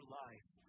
life